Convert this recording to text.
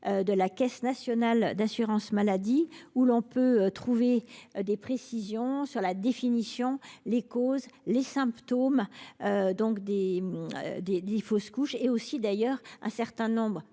de la Caisse nationale de l'assurance maladie (Cnam), où l'on peut trouver des précisions sur la définition, les causes et les symptômes des fausses couches, mais aussi un certain nombre